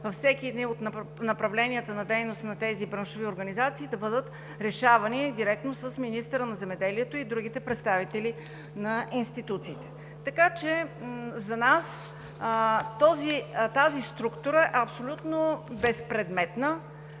във всяко направление от дейността на тези браншови организации, могат да бъдат решавани директно с министъра на земеделието и другите представители на институцията, така че за нас тази структура е абсолютно безпредметна.